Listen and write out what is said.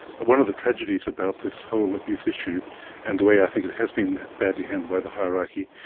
one of the tragedies about this whole abuse issue and the way i think it has been badly handled by the hierarchy,